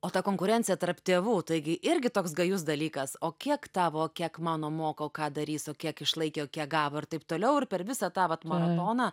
o ta konkurencija tarp tėvų taigi irgi toks gajus dalykas o kiek tavo o kiek mano moka o ką darys o kiek išlaikė o kiek gavo ir taip toliau ir per visą tą vat maratoną